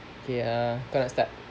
okay uh kau nak start